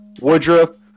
Woodruff